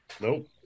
Nope